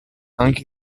anche